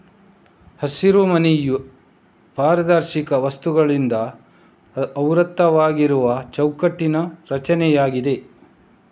ಹಸಿರುಮನೆಯು ಪಾರದರ್ಶಕ ವಸ್ತುಗಳಿಂದ ಆವೃತವಾಗಿರುವ ಚೌಕಟ್ಟಿನ ರಚನೆಯಾಗಿದೆ